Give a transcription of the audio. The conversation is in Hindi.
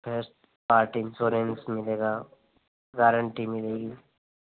सर पार्ट इन्श्योरेन्स मिलेगा गारेंटि मिलेगी